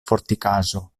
fortikaĵo